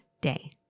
day